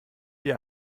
die